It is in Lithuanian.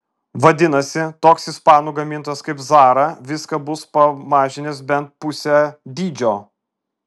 vadinasi toks ispanų gamintojas kaip zara viską bus pamažinęs bent pusę dydžio